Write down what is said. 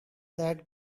that